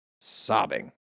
sobbing